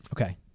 okay